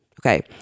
Okay